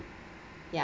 ya